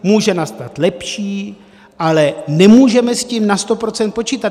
Může nastat lepší, ale nemůžeme s tím na sto procent počítat.